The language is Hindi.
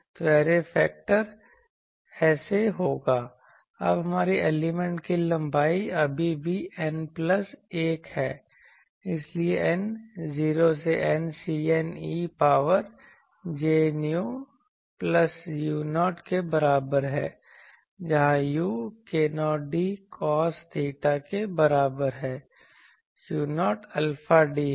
तो ऐरे फेक्टर ऐसा होगा अब हमारी एलिमेंट की लंबाई अभी भी N प्लस 1 है इसलिए n 0 से N Cn e power j nu plus u0 के बराबर है जहां u k0d कोस थीटा के बराबर है u0 अल्फ़ा d है